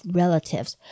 relatives